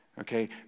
Okay